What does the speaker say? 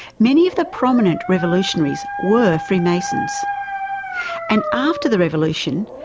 many of the prominent revolutionaries were freemasons and after the revolution,